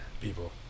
people